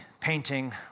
painting